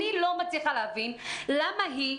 אני לא מצליחה להבין למה היא?